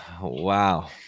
Wow